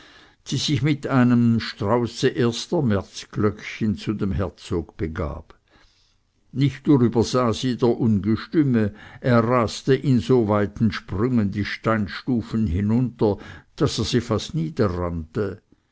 die sich mit einem strauße erster märzglöckchen zu dem herzog begab nicht nur übersah sie der ungestüme er raste in so weiten sprüngen die steinstufen hinunter daß er sie fast niederrannte